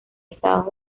estados